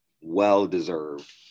well-deserved